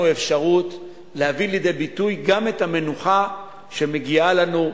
אפשרות להביא לידי ביטוי גם את המנוחה שמגיעה לנו,